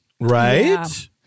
Right